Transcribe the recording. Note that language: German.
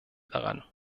daran